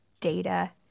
data